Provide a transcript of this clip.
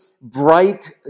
bright